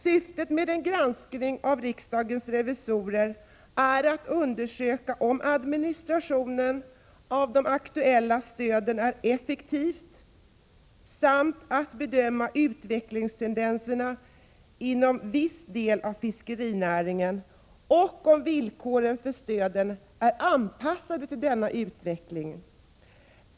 Syftet med den granskning som riksdagens revisorer gjort är 53 att undersöka om administrationen av de aktuella stöden är effektiv samt att bedöma utvecklingstendenserna inom viss del av fiskerinäringen och om villkoren för stöden är anpassade till denna utveckling.